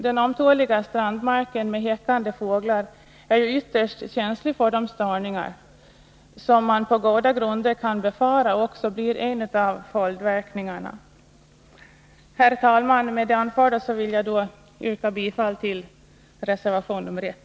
Den ömtåliga strandmarken med häckande fåglar är ju ytterst känslig för de störningar som man på goda grunder också kan befara blir en av följdverkningarna. Herr talman! Med det anförda vill jag yrka bifall till reservation 1.